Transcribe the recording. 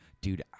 Dude